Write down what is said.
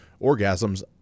orgasms